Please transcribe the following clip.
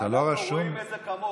אנחנו רואים את זה כמוך.